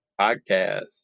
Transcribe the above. podcast